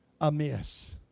amiss